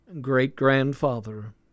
great-grandfather